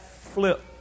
flip